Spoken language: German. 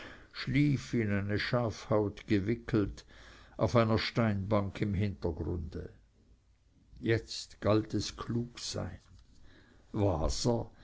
schlief in eine schafhaut gewickelt auf einer steinbank im hintergrunde jetzt galt es klug sein waser